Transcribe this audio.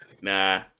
Nah